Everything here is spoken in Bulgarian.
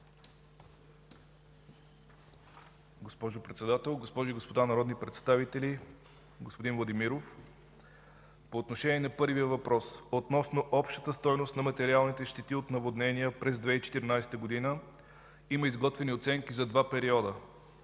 Госпожо Председател, госпожи и господа народни представители! Господин Владимиров, по отношение на първия въпрос: относно общата стойност на материалните щети от наводнения през 2014 г. има изготвени оценки за два периода.